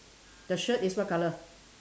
the shirt is what colour